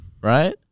right